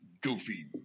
goofy